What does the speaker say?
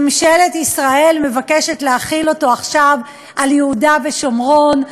ממשלת ישראל מבקשת להחיל אותו עכשיו על יהודה ושומרון.